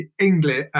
English